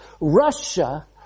Russia